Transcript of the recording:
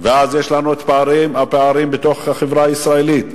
ואז יש לנו פערים בתוך החברה הישראלית.